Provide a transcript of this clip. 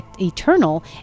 Eternal